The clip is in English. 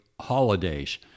holidays